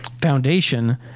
foundation